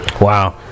Wow